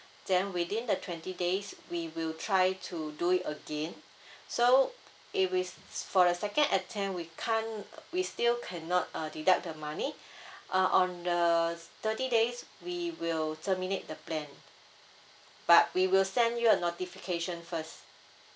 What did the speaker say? then within the twenty days we will try to do it again so if we for the second attempt we can't we still cannot uh deduct the money uh on the thirty days we will terminate the plan but we will send you a notification first